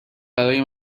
برای